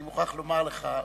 אני מוכרח לומר לך,